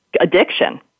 addiction